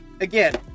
Again